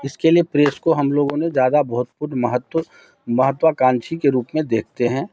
इसके लिए प्रेस को हम लोगों ने ज़्यादा महत्व महत्वकांक्षी के रूप में देखते हैं